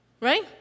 Right